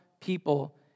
people